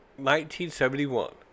1971